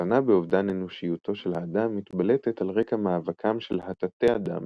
ההקצנה באובדן אנושיותו של האדם מתבלטת על רקע מאבקם של התתי-אדם,